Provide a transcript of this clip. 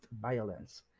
violence